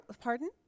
pardon